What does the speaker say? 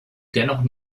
dennoch